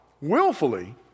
willfully